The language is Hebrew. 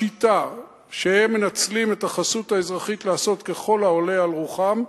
השיטה שבה הם מנצלים את החסות האזרחית לעשות ככל העולה על רוחם,